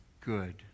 good